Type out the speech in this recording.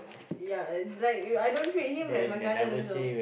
ya and like I don't treat him like my cousin also